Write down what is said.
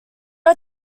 are